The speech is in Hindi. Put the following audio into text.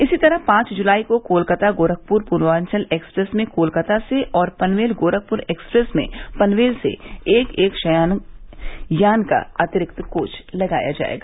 इसी तरह पांच जुलाई को कोलकाता गोरखपुर पूर्वांचल एक्सप्रेस में कोलकाता से और पनवेल गोरखपुर एक्सप्रेस में पनवेल से एक एक शयनयान का अतिरिक्त कोच लगाया जायेगा